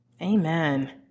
Amen